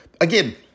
Again